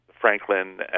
Franklin